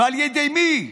ועל ידי מי?